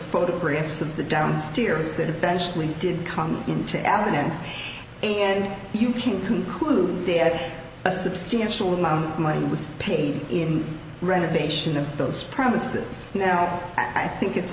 photographs of the downstairs that eventually did come into evidence and you can conclude they had a substantial amount of money was paid in renovation of those premises now i think it's